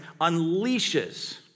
unleashes